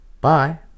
bye